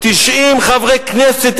90 חברי כנסת,